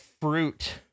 Fruit